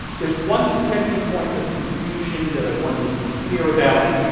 there's one potential point of confusion that i want you to be clear about.